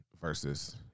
versus